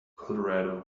colorado